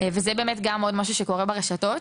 שזה גם עוד משהו שקורה ברשתות.